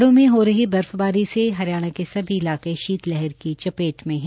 पहाड़ो में हो रही बर्फबारी से हरियाणा के सभी इलाके शीत लहर की चपेट में है